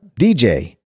DJ